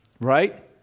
Right